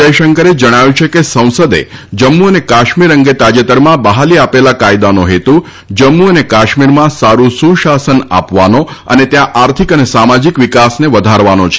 જયશંકરે જણાવ્યું છે કે સંસદે જમ્મુ અને કાશ્મીર અંગે તાજેતરમાં બહાલી આપેલા કાયદાનો હેતુ જમ્મુ અને કાશ્મીરમાં સારૃ સુશાસન આપવાનો અને ત્યાં આર્થિક અને સામાજિક વિકાસને વધારવાનો છે